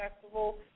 festival